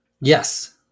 yes